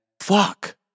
Fuck